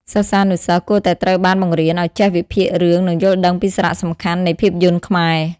សិស្សានុសិស្សគួរតែត្រូវបានបង្រៀនឲ្យចេះវិភាគរឿង និងយល់ដឹងពីសារៈសំខាន់នៃភាពយន្តខ្មែរ។